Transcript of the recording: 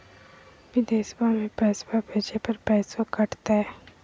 बिदेशवा मे पैसवा भेजे पर पैसों कट तय?